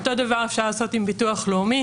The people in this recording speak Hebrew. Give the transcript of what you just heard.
אותו הדבר אפשר לעשות עם ביטוח הלאומי.